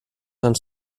ens